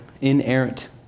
inerrant